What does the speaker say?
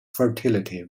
fertility